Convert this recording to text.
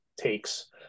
takes